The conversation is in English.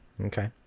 Okay